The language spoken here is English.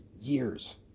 years